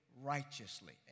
righteously